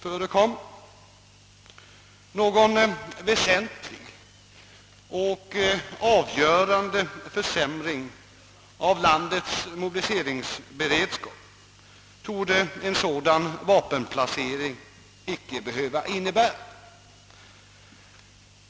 Någon väsentlig och avgörande försämring av landets mobiliseringsberedskap torde en sådan vapenplacering icke behöva innebära.